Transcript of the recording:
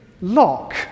lock